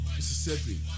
Mississippi